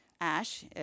Ash